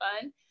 fun